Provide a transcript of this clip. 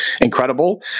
incredible